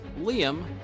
Liam